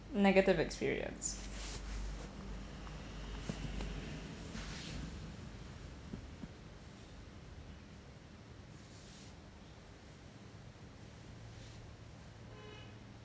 negative experience